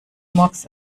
murks